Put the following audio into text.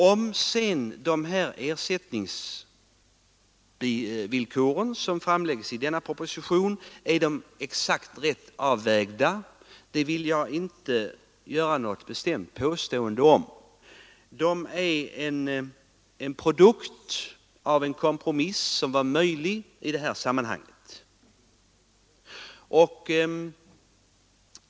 Huruvida de ersättningsvillkor som föreslås i denna proposition är exakt riktigt avvägda vill jag inte göra något bestämt uttalande om. De är produkten av en kompromiss som var möjlig att träffa i detta sammanhang.